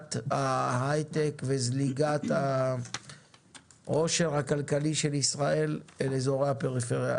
לזליגת ההיי-טק וזליגת העושר הכלכלי של ישראל לאזורי הפריפריה?